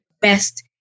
best